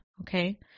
Okay